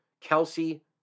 Kelsey